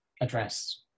address